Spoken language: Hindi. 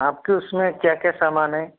आपके उसमें क्या क्या सामान है